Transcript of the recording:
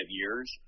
years